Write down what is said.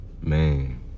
Man